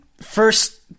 First